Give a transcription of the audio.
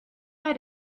bei